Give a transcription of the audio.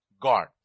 god